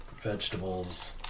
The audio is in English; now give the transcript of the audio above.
Vegetables